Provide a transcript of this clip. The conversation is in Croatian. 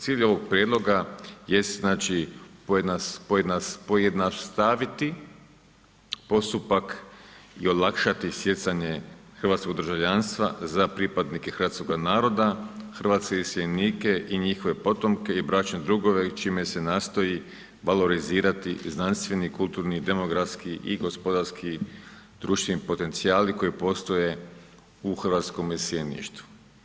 Cilj ovog prijedloga jest znači pojednostaviti postupak i olakšati stjecanje hrvatskog državljanstva za pripadnike hrvatskoga naroda, hrvatske iseljenike i njihove potomke i bračne drugove čime se nastoji valorizirati i znanstveni i kulturni i demografski i gospodarski društveni potencijali koji postoje u hrvatskome iseljeništvu.